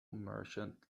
merchant